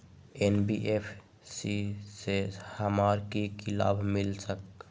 NBFC से हमार की की लाभ मिल सक?